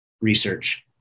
research